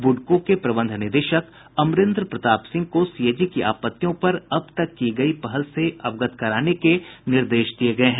ब्रडको के प्रबंध निदेशक अमरेन्द्र प्रताप सिंह को सीएजी की आपत्तियों पर अब तक की गयी पहल से अवगत कराने के निर्देश दिये गये हैं